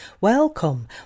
Welcome